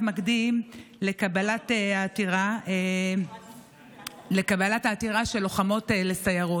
מקדים לקבלת העתירה של לוחמות לסיירות,